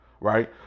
Right